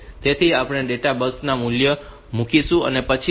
તેથી આપણે data bus પર મૂલ્ય મૂકીશું અને પછી તે આવશે